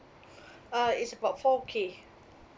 uh it's about four K